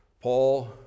Paul